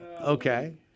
okay